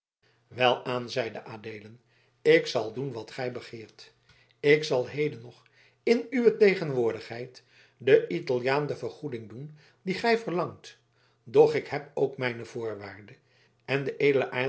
welaan zeide adeelen ik zal doen wat gij begeert ik zal heden nog in uwe tegenwoordigheid den italiaan de vergoeding doen die gij verlangt doch ik heb ook mijne voorwaarde en de